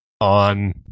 on